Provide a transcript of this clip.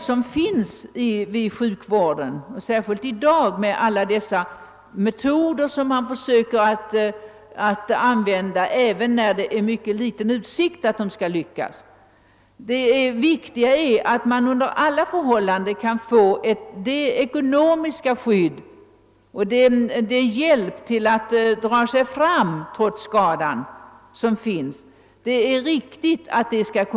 som finns inom sjukvården, särskilt mot bakgrunden av alla de metoder som man i dag försöker använda även när det är mycket små utsikter att lyckas. Det viktiga är att man under alla förhållanden kan få det ekonomiska skydd och den hjälp som behövs för att man trots skadan skall klara sig. Det är ett berättigat krav att så sker.